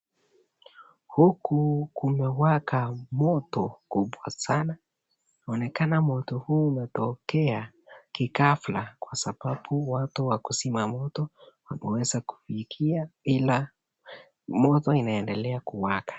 Huku kunawaka moto kubwa sana inaonekana moto hii inatokea kighafla kwa sababu watu wa kusima moto wameweza kufikia hola moto inaendelea kuwaka.